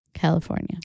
California